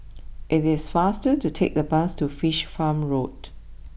it is faster to take the bus to Fish Farm Road